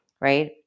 right